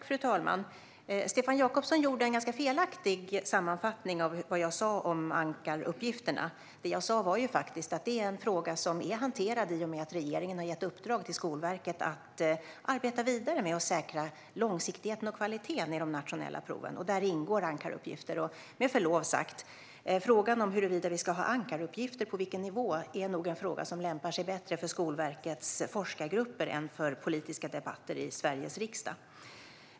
Fru talman! Stefan Jakobsson gjorde en felaktig sammanfattning av vad jag sa om ankaruppgifterna. Det är en fråga som är hanterad i och med att regeringen har gett Skolverket i uppdrag att arbeta vidare med att säkra långsiktigheten och kvaliteten i de nationella proven. Där ingår ankaruppgifter. Med förlov sagt: Frågan om på vilken nivå det ska finnas ankaruppgifter är nog en fråga som lämpar sig bättre för Skolverkets forskargrupper än för politiska debatter i Sveriges riksdag.